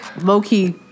low-key